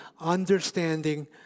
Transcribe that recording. Understanding